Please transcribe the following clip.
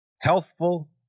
Healthful